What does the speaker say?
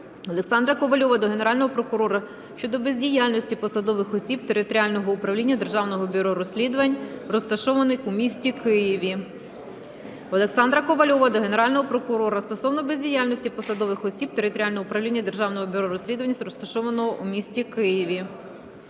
Олександра Ковальова до Генерального прокурора щодо бездіяльності посадових осіб Територіального управління Державного бюро розслідувань, розташованого у місті Києві. Олександра Ковальова до Генерального прокурора стосовно бездіяльності посадових осіб Територіального управління Державного бюро розслідувань, розташованого у місті Києві.